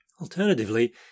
Alternatively